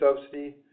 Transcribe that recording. Subsidy